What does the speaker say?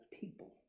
people